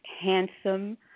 handsome